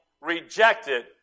rejected